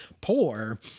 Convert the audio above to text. poor